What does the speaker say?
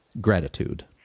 gratitude